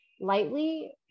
lightly